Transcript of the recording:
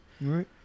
Right